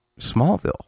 Smallville